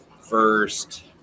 first